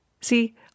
See